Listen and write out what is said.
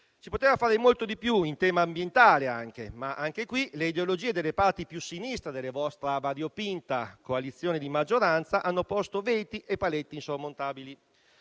potuto fare molto di più anche in tema ambientale, ma anche in questo caso le ideologie delle parti più a sinistra delle vostra variopinta coalizione di maggioranza hanno posto veti e paletti insormontabili.